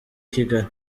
kigali